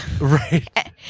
Right